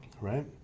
right